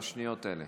הבא,